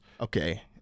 Okay